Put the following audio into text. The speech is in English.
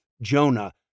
Jonah